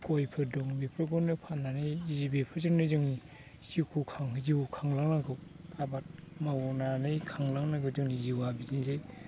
गयफोर दं बेफोरखौनो फाननानै जि बेफोरजोंनो जों जिउखौ खाङो जिउखौ खांलांनांगौ आबाद मावनानै खांलांनांगौ जोंनि जिउआ बिदिनोसै